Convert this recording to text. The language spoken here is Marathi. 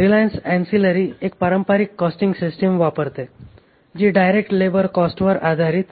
रिलायन्स अँसिलरी एक पारंपारिक कॉस्टिंग सिस्टीम वापरते जी डायरेक्ट लेबर कॉस्टवर आधारित